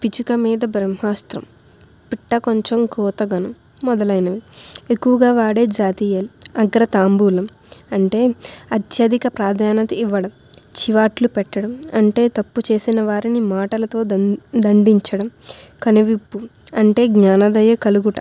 పిచ్చుక మీద బ్రహ్మాస్త్రం పిట్ట కొంచెం కూత ఘనం మొదలైనవి ఎక్కువగా వాడే జాతీయాలు అగ్ర తాంబూలం అంటే అత్యధిక ప్రాధాన్యత ఇవ్వడం చివాట్లు పెట్టడం అంటే తప్పు చేసిన వారిని మాటలతో దండించడం తను విప్పు అంటే జ్ఞానోదయ కలగడం